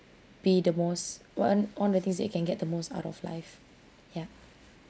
be the most one on the things that you can get the most out of life ya